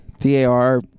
VAR